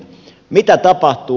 mitä tapahtuu